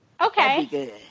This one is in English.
okay